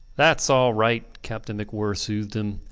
thats all right. captain macwhirr soothed him,